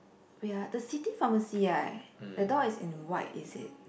oh ya the city pharmacy right the door is in white is it